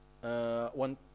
one